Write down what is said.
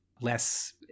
less